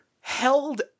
held